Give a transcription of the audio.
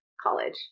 college